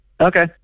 Okay